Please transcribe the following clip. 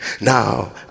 Now